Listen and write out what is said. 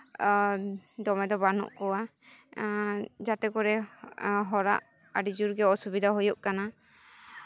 ᱟᱨ ᱫᱚᱢᱮ ᱫᱚ ᱵᱟᱹᱱᱩᱜ ᱠᱚᱣᱟ ᱡᱟᱛᱮ ᱠᱚᱨᱮ ᱦᱚᱲᱟᱜ ᱟᱹᱰᱤ ᱡᱳᱨᱜᱮ ᱚᱥᱩᱵᱤᱫᱷᱟ ᱦᱩᱭᱩᱜ ᱠᱟᱱᱟ